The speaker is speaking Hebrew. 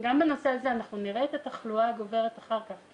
גם בנושא הזה אנחנו נראה את התחלואה הגוברת אחר כך,